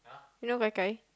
you know gai-gai